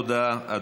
הודעה.